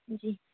جی